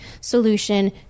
solution